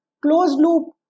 closed-loop